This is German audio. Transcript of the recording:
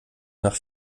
nach